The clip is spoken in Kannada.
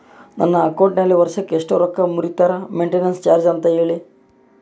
ನನ್ನ ಅಕೌಂಟಿನಾಗ ವರ್ಷಕ್ಕ ಎಷ್ಟು ರೊಕ್ಕ ಮುರಿತಾರ ಮೆಂಟೇನೆನ್ಸ್ ಚಾರ್ಜ್ ಅಂತ ಹೇಳಿ?